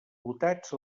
votats